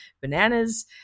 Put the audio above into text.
bananas